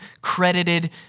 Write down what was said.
credited